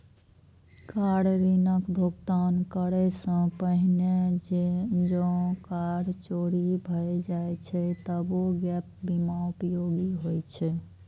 car ऋणक भुगतान करै सं पहिने जौं कार चोरी भए जाए छै, तबो गैप बीमा उपयोगी होइ छै